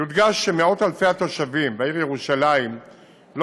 יודגש שמאות אלפי התושבים בעיר ירושלים לא